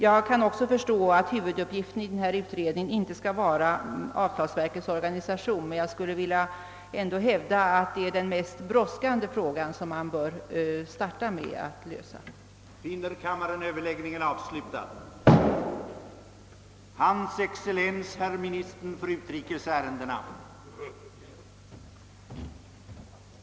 — Jag kan också förstå att huvuduppgiften för utredningen inte skall vara avtalsverkets organisation, men jag hävdar ändå att det är den mest brådskande frågan och att man därför bör starta med att söka lösa den.